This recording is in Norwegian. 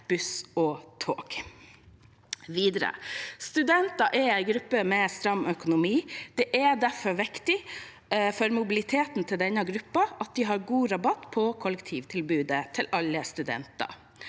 buss og tog. Videre: Studenter er en gruppe med stram økonomi. Det er derfor viktig for mobiliteten til denne gruppen at det er god rabatt på kollektivtilbudet til alle studenter.